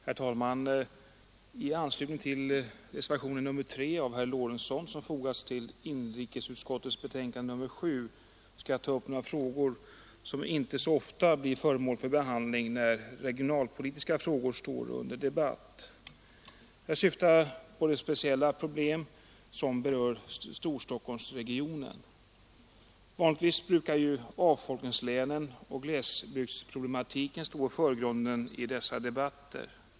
Herr talman! I anslutning till reservationen 3 av herr Lorentzon, som fogats till inrikesutskottets betänkande nr 7, skall jag ta upp några frågor som inte så ofta blir föremål för behandling när regionalpolitiska frågor står under debatt. Jag syftar på de speciella problem som berör Storstockholmsregionen. Vanligtvis brukar ju avfolkningslänen och glesbygdsproblematiken stå i förgrunden i dessa debatter.